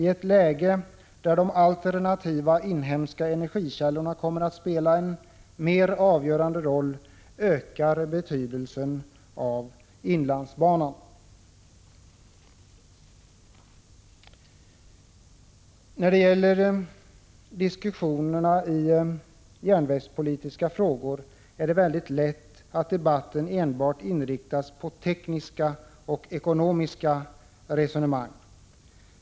I ett läge där de alternativa inhemska energikällorna kommer att spela en mera avgörande roll ökar inlandsbanans betydelse. När det gäller diskussionerna i järnvägspolitiska frågor blir det väldigt lätt så, att debatten enbart inriktas på tekniska och ekonomiska resonemang.